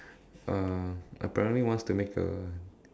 uh apparently wants to make a